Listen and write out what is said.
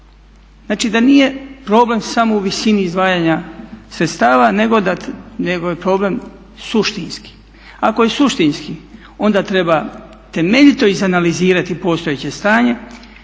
Znači da nije problem samo u visini izdvajanja sredstava nego je problem suštinski. Ako je suštinski onda treba temeljito izanalizirati postojeće stanje,